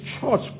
church